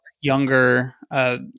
younger